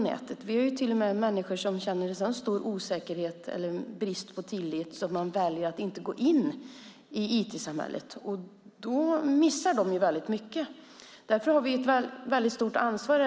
Det finns till och med de som känner sådan brist på tillit att de väljer att inte gå in i IT-samhället, och då missar de mycket. Därför har vi också ett ansvar.